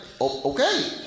okay